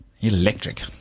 electric